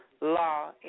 law